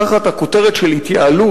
תחת כותרת של יעילות,